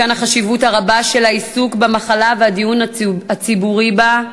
מכאן החשיבות הרבה של העיסוק במחלה והדיון הציבורי בה,